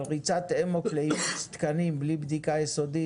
אבל ריצת אמוק לתקנים בלי בדיקה יסודית